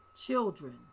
children